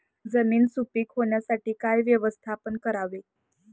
जमीन सुपीक होण्यासाठी काय व्यवस्थापन करावे?